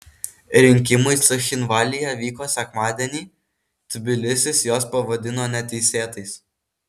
rinkimai cchinvalyje vyko sekmadienį tbilisis juos pavadino neteisėtais